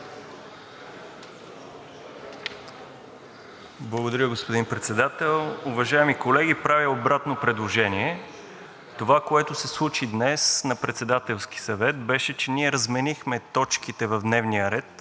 Благодаря, господин Председател. Уважаеми колеги, правя обратно предложение. Това, което се случи днес на Председателския съвет, беше, че ние разменихме точките в дневния ред,